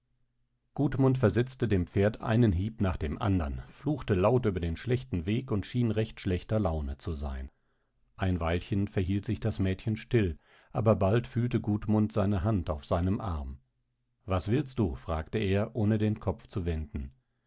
ihr gudmund versetzte dem pferde einen hieb nach dem andern fluchte laut über den schlechten weg und schien recht schlechter laune zu sein ein weilchen verhielt sich das mädchen still aber bald fühlte gudmund seine hand auf seinem arm was willst du fragte er ohne den kopf zu wenden